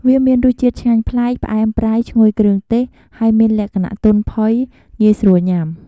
វាមានរសជាតិឆ្ងាញ់ប្លែក ផ្អែម ប្រៃ ឈ្ងុយគ្រឿងទេស ហើយមានលក្ខណៈទន់ផុយ ងាយស្រួលញ៉ាំ។